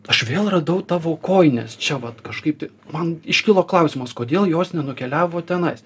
aš vėl radau tavo kojines čia vat kažkaip tai man iškilo klausimas kodėl jos nenukeliavo tenais